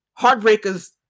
Heartbreakers